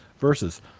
versus